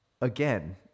Again